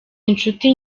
inshuti